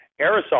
aerosol